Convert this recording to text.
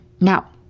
Now